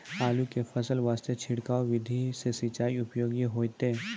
आलू के फसल वास्ते छिड़काव विधि से सिंचाई उपयोगी होइतै?